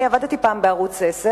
אני עבדתי פעם בערוץ-10,